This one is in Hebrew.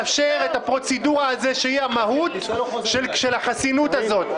-- הוא יכול לאשר את הפרוצדורה הזו שהיא המהות של החסינות הזאת.